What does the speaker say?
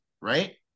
right